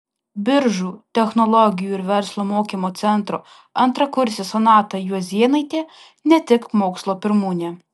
biržų technologijų ir verslo mokymo centro antrakursė sonata juozėnaitė ne tik mokslo pirmūnė